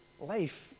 life